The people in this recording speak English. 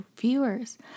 viewers